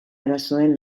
arazoen